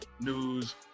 news